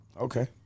Okay